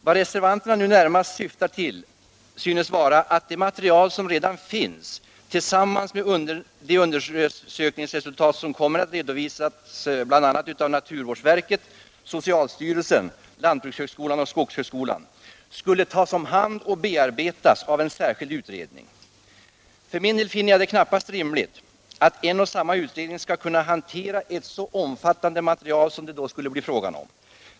Vad reservanterna närmast syftar till synes vara att det material som redan finns tillsammans med de undersökningsresultat som kommer att redovisas av bl.a. naturvårdsverket, socialstyrelsen, lantbrukshögskolan och skogshögskolan skulle tas om hand och bearbetas av en särskild utredning. Jag finner det knappast rimligt att en och samma utredning skall kunna hantera ett så omfattande material som det då skulle bli fråga om.